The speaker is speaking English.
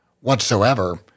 whatsoever